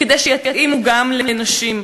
כדי שיתאימו גם לנשים,